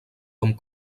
com